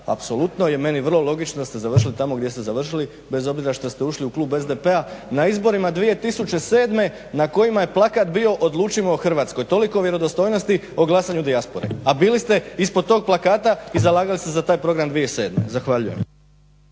apsolutno i meni vrlo logično da ste završili tamo gdje ste završili bez obzira što ste ušli u klub SDP-a na izborima 2007. na kojima je plakat bio odlučimo o Hrvatskoj. Toliko o vjerodostojnosti o glasanju dijaspore a bili ste ispod tog plakata i zalagali se za taj program 2007. Zahvaljujem.